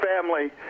family